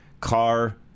car